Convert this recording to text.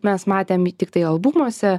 mes matėm tiktai albumuose